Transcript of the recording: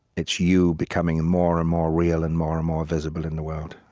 it's you becoming more and more real and more and more visible in the world